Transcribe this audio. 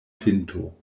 pinto